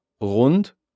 rund